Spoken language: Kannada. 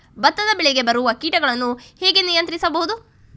ಭತ್ತದ ಬೆಳೆಗೆ ಬರುವ ಕೀಟಗಳನ್ನು ಹೇಗೆ ನಿಯಂತ್ರಿಸಬಹುದು?